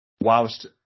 whilst